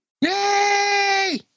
Yay